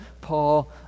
Paul